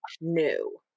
new